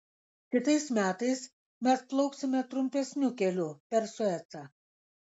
kitais metais mes plauksime trumpesniu keliu per suecą